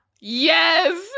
Yes